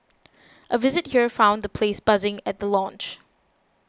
a visit here found the place buzzing at the launch